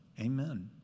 Amen